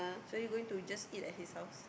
so you going to just eat at his house